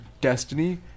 Destiny